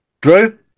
Drew